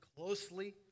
Closely